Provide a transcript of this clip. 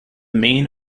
main